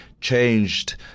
changed